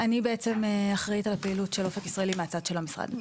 אני בעצם אחראית על הפעילות של אופק ישראלי מהצד של המשרד.